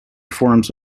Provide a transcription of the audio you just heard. forms